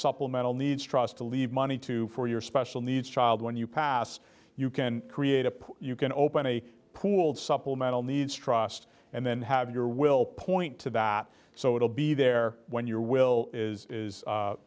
supplemental needs trust to leave money to for your special needs child when you pass you can create a pool you can open a pooled supplemental needs trust and then have your will point to that so it'll be there when your will is